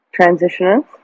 transitioners